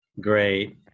Great